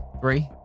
Three